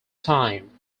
time